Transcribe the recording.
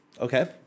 okay